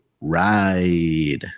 ride